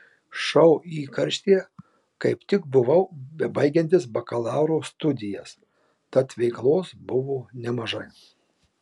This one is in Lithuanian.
šou įkarštyje kaip tik buvau bebaigiantis bakalauro studijas tad veiklos buvo nemažai